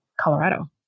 Colorado